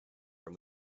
from